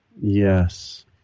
yes